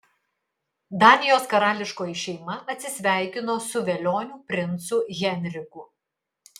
danijos karališkoji šeima atsisveikino su velioniu princu henriku